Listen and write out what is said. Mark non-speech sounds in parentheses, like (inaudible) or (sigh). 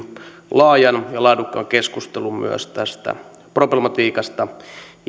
laajan ja laadukkaan keskustelun myös tästä problematiikasta (unintelligible)